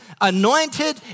anointed